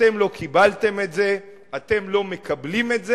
אתם לא קיבלתם את זה, אתם לא מקבלים את זה,